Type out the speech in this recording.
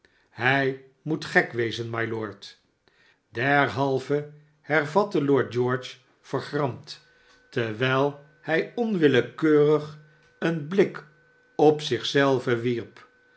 hij moet gek wezen mylord aderhalve hervatte lord george vergramd terwijl hij onwilkkeung een bhk op zich zelven wierp